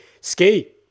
Ski